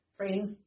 friends